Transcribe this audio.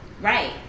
Right